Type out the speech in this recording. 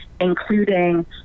including